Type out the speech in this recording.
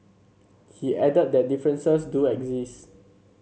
he added that differences do exist